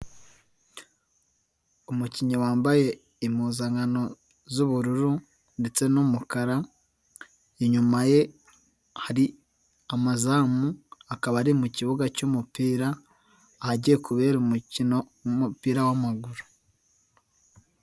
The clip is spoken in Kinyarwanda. Umukinnyi wambaye impuzankano z'ubururu ndetse n'umukara, inyuma ye hari amazamu akaba ari mu kibuga cy'umupira ahagiye kubera umukino w'umupira w'amaguru.